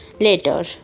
Later